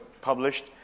published